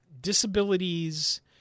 disabilities